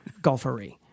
golfery